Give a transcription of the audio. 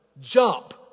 Jump